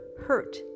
hurt